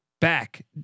back